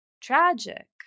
tragic